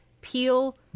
Peel